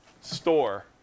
store